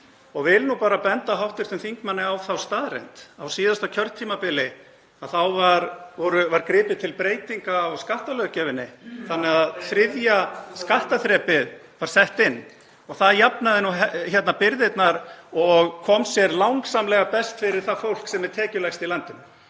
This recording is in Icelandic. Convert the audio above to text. Ég vil bara benda hv. þingmanni á þá staðreynd að á síðasta kjörtímabili var gripið til breytinga á skattalöggjöfinni þannig að þriðja skattþrepið (Gripið fram í.) var sett inn og það jafnaði nú byrðarnar og kom sér langsamlega best fyrir það fólk sem er tekjulægst í landinu.